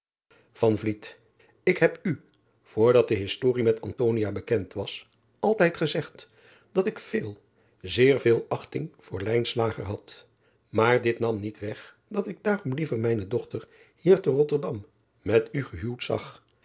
k heb u voor dat de historie met bekend was altijd gezegd dat ik veel zeer veel achting voor had aar dit nam niet weg dat ik daarom liever mijne dochter hier te otterdam met u gehuwd zag